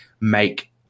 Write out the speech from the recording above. make